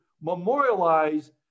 memorialize